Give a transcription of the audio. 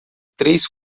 três